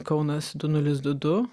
kaunas du nulis du du